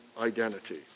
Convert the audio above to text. identity